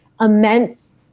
immense